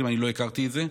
אני לא הכרתי את זה.